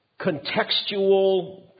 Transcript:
contextual